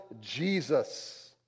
Jesus